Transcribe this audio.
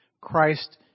Christ